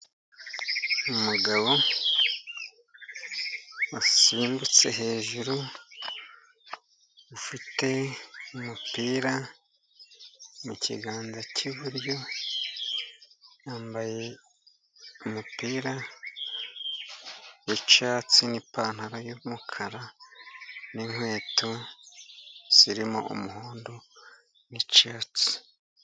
Umugabo wasimbutse hejuru ufite umupira mukiganza cyiburyo, yambaye umupira wicyatsi n'ipantaro y'umukara, n'inkweto zirimo umuhondo n'icyatsi.